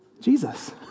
Jesus